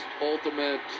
ultimate